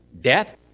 death